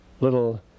little